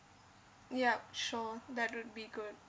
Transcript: yup sure that would be good